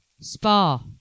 spa